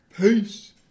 peace